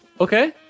Okay